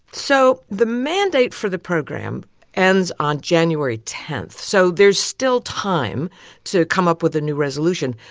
so the mandate for the program ends on january ten. so there's still time to come up with a new resolution,